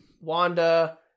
Wanda